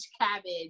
cabbage